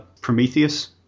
Prometheus